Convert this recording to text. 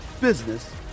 business